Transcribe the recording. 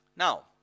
Now